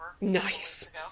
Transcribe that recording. Nice